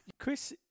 Chris